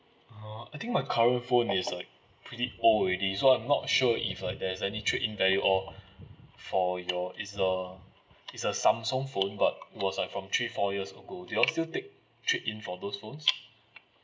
uh I think my current phone is like pretty old already so I'm not sure if like uh there's like any trade in value all for your is a is a samsung phone but was like from three four years ago do you all still take trade in for those phones